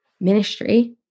ministry